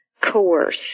coerce